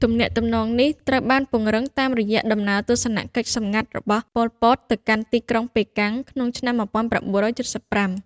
ទំនាក់ទំនងនេះត្រូវបានពង្រឹងតាមរយៈដំណើរទស្សនកិច្ចសម្ងាត់របស់ ប៉ុល ពត ទៅកាន់ទីក្រុងប៉េកាំងក្នុងឆ្នាំ១៩៧៥។